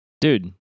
Dude